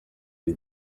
byo